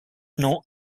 know